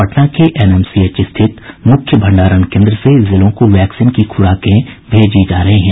पटना के एनएमसीएच स्थित मुख्य भंडारण केन्द्र से जिलों को वैक्सीन की खुराकें भेजी जा रही हैं